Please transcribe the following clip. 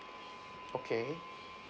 okay